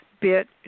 bit